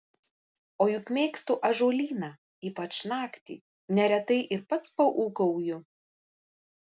o juk mėgstu ąžuolyną ypač naktį neretai ir pats paūkauju